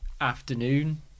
afternoon